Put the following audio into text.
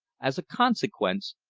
as a consequence,